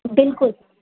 बिल्कुलु